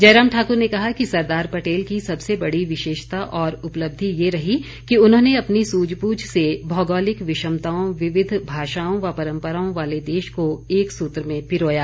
जयराम ठाकुर ने कहा कि सरदार पटेल की सबसे बड़ी विशेषता और उपलब्धि ये रही कि उन्होंने अपनी सूझबूझ से भौगोलिक विषमताओं विविध भाषाओं व परम्पराओं वाले देश को एकसूत्र में पिरोया